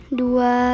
dua